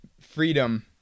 freedom